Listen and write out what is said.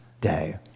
Day